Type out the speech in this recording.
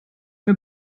mir